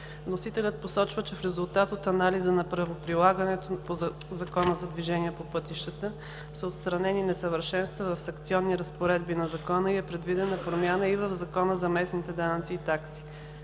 Вносителят посочва, че в резултат от анализа на правоприлагането по ЗДвП са отстранени несъвършенства в санкционни разпоредби на Закона и е предвидена промяна и в Закона за местните данъци и такси.